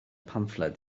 pamffled